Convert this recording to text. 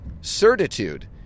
certitude